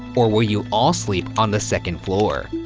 or will you all sleep on the second floor?